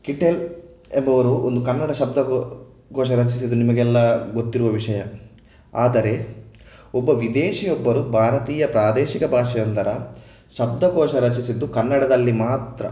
Kittel ಎಂಬುವವರು ಒಂದು ಕನ್ನಡ ಶಬ್ದ ಕೋ ಕೋಶ ರಚಿಸಿದ್ದು ನಿಮಗೆಲ್ಲ ಗೊತ್ತಿರುವ ವಿಷಯ ಆದರೆ ಒಬ್ಬ ವಿದೇಶಿ ಒಬ್ಬರು ಭಾರತೀಯ ಪ್ರಾದೇಶಿಕ ಭಾಷೆ ಒಂದರ ಶಬ್ದಕೋಶ ರಚಿಸಿದ್ದು ಕನ್ನಡದಲ್ಲಿ ಮಾತ್ರ